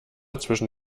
zwischen